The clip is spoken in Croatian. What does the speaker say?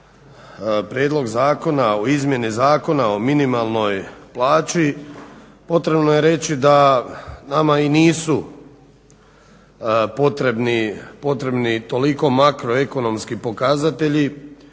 Prijedlog zakona o izmjeni Zakona o minimalnoj plaći potrebno je i reći da nama nisu potrebni toliko makroekonomski pokazatelji